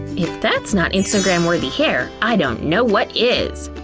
if that's not instagram-worthy hair, i don't know what is!